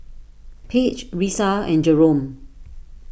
Page Risa and Jerome